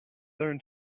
learn